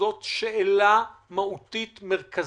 זאת שאלה מהותית ומרכזית.